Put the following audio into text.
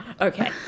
Okay